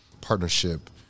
partnership